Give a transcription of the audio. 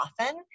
often